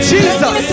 Jesus